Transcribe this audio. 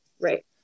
right